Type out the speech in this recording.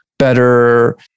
better